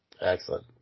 Excellent